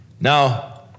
Now